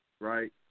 right